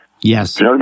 Yes